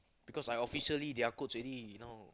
because I officially their coach already you know